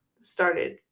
started